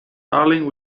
darling